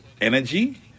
energy